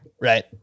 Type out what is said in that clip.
Right